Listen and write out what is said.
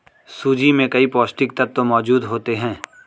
सूजी में कई पौष्टिक तत्त्व मौजूद होते हैं